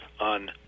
on